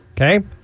Okay